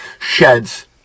sheds